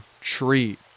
treat